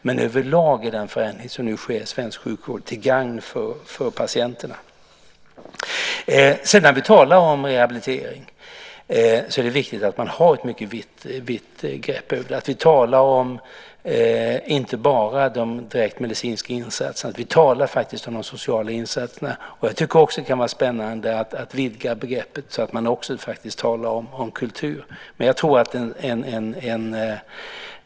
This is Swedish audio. Men överlag är den förändring som nu sker i svensk sjukvård till gagn för patienterna. När vi talar om rehabilitering är det viktigt att ha ett brett grepp. Det är viktigt att vi inte bara talar om de direkt medicinska insatserna utan också om de sociala insatserna. Jag tycker också att det kan vara spännande att vidga begreppet och tala om kultur.